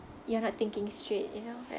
you're not thinking straight you know like